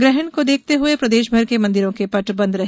ग्रहण को देखते हए प्रदेशभर के मंदिरों के पट बंद रहे